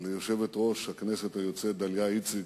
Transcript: ליושבת-ראש הכנסת היוצאת, דליה איציק,